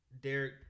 Derek